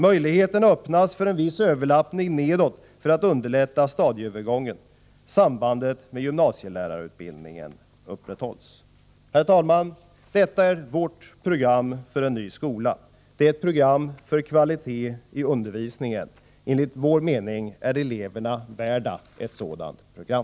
Möjligheter bör öppnas för en viss överlappning nedåt för att underlätta stadieövergången. Sambandet med gymnasielärarutbildningen måste upprätthållas. Herr talman! Detta är vårt program för en ny skola. Det är ett program för kvalitet i undervisningen. Enligt vår mening är eleverna värda ett sådant program.